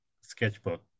sketchbook